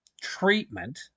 treatment